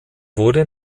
wurde